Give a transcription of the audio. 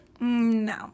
No